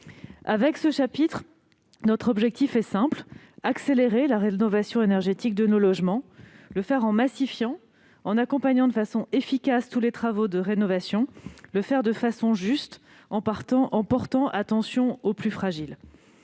les bâtiments », notre objectif est simple : accélérer la rénovation énergétique de nos logements, en massifiant et en accompagnant de façon efficace tous les travaux de rénovation, de façon juste, en portant attention aux plus fragiles.